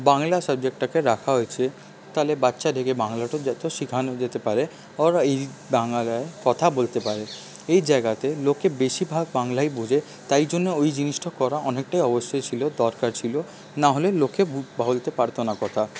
বাংলা সাবজেক্টটাকে রাখা হয়েছে ফলে বাচ্চাদেরকে বাংলাটাকে যতো শেখানো যেতে পারে বাংলায় কথা বলতে পারে এই জায়গাতে লোকে বেশিরভাগ বাংলাই বোঝে তাই জন্য ওই জিনিসটা করা অনেকটাই অবশ্য ছিলো দরকার ছিলো নাহলে লোকে বলতে পারতো না কথা